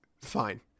Fine